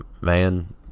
man